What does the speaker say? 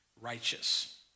righteous